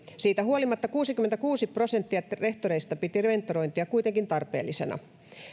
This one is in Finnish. siitä huolimatta kuusikymmentäkuusi prosenttia rehtoreista piti mentorointia kuitenkin tarpeellisena